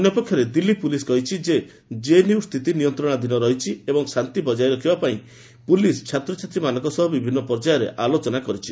ଅନ୍ୟ ପକ୍ଷରେ ଦିଲ୍ଲୀ ପୁଲିସ୍ କହିଛି ଯେ ଜେଏନ୍ୟୁ ସ୍ଥିତି ନିୟନ୍ତଣାଧୀନ ରହିଛି ଏବଂ ଶାନ୍ତି ବଜାୟ ରଖିବା ପାଇଁ ପୁଲିସ୍ ଛାତ୍ରଛାତ୍ରୀମାନଙ୍କ ସହ ଆଲୋଚନା କରିଛି